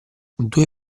due